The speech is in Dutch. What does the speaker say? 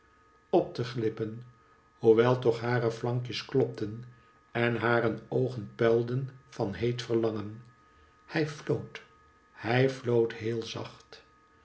op te glippen hoewel toch hare flankjes klopten en hare oogen puilden van heet verlangen hij floot hij floot heel zacht